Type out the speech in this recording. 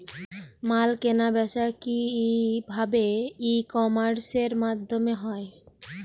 মাল কেনাবেচা কি ভাবে ই কমার্সের মাধ্যমে হয়?